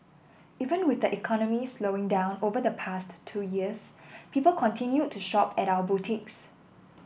even with the economy slowing down over the past two years people continued to shop at our boutiques